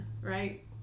right